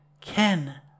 Ken